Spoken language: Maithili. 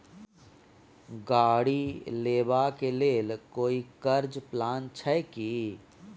गाड़ी लेबा के लेल कोई कर्ज प्लान छै की?